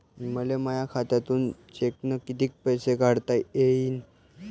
मले माया खात्यातून चेकनं कितीक पैसे काढता येईन?